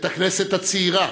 את הכנסת הצעירה